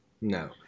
No